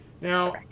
Now